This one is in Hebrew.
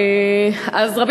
אדוני היושב-ראש,